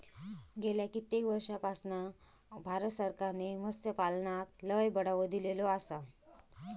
गेल्या कित्येक वर्षापासना भारत सरकारने मत्स्यपालनाक लय बढावो दिलेलो आसा